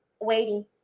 waiting